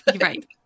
Right